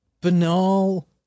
banal